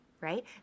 right